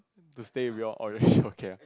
to stay with you all or you actually okay ah